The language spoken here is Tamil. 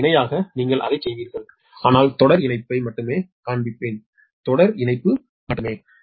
இதற்கு இணையாக நீங்கள் அதைச் செய்வீர்கள் ஆனால் தொடர் இணைப்பை மட்டுமே காண்பிப்பேன் தொடர் இணைப்பு மட்டுமே